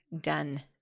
done